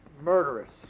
Murderous